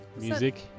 Music